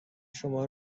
شما